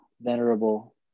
venerable